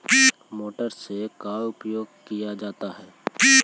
Motor से का उपयोग क्या जाता है?